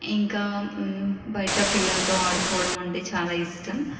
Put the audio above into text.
ఇంకా బయట పిల్లలతో ఆడుకోవడం అంటే చాలా ఇష్టం